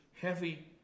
heavy